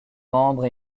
membre